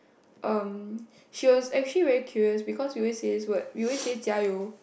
um she was actually very curious because we always say what we always say 加油: jia you